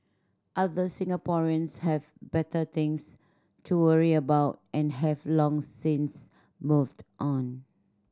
other Singaporeans have better things to worry about and have long since moved on